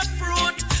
fruit